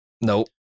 Nope